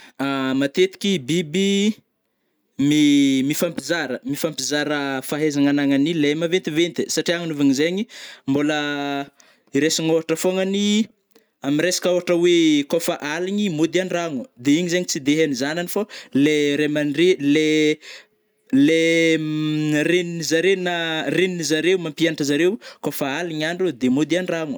Matetiky biby mi- mifampizara-mifampizara fahaizagna anagnany lai maventiventy, satria anagnôvanzegny mbôla iresigny ôhatra fôgna ny ami resaka ôhatra oe kô fa aligny môdy andragno, de igny zegny tsy de hainy zanany fô lai raimandre-lai-lai renignizare na renizare mampianatra zareo kô fa aligny ny andro de môdy andrano.